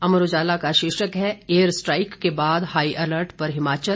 अमर उजाला का शीर्षक है एयर स्ट्राइक के बाद हाईअलर्ट पर हिमाचल